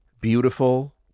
Beautiful